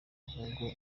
ahubwo